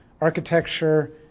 architecture